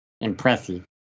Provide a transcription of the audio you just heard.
impressive